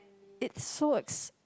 it's so ex~~